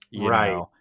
Right